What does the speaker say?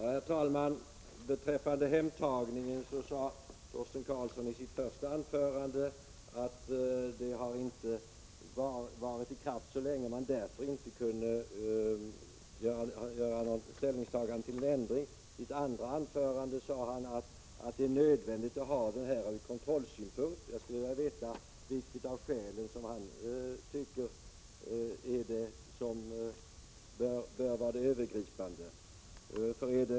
Herr talman! Beträffande hemtagningen sade Torsten Karlsson i sitt första anförande att reglerna inte har varit i kraft så länge och att man därför inte kunde ta ställning till en förändring. I sitt andra anförande sade han att det var nödvändigt att ha dessa bestämmelser ur kontrollsynpunkt. Vilket av skälen tycker Torsten Karlsson bör vara det övergripande?